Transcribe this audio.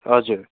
हजुर